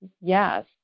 Yes